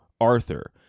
Arthur